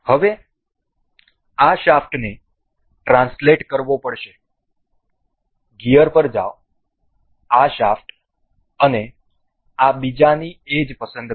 હવે આ શાફ્ટને ટ્રાન્સલેટ કરવો પડશે ગિયર પર જાઓ આ શાફ્ટ અને આ બીજાની એજ પસંદ કરો